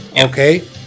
Okay